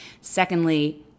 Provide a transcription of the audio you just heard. Secondly